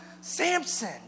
Samson